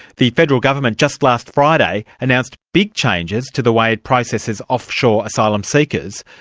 the federal government just last friday announced big changes to the way it processes offshore asylum seekers.